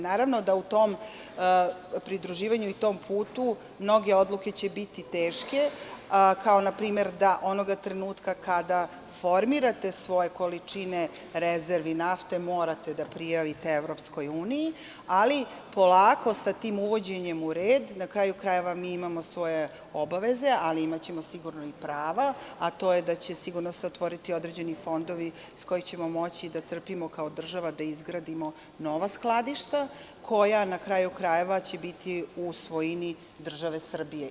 Naravno da u tom pridruživanju i u tom putu mnoge odluke će biti teške, kao na primer da onoga trenutka kada formirate svoje količine rezervi nafte morate da prijavite Evropskoj uniji, ali polako sa tim uvođenjem u red, na kraju krajeva mi imamo svoje obaveze, ali imaćemo sigurno i prava, a to je da će se sigurno otvoriti određeni fondovi sa kojih ćemo moći da crpimo kao država, da izgradimo nova skladišta, koja na kraju krajeva će biti u svojini države Srbije.